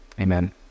amen